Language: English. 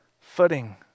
footing